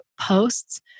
posts